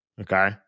okay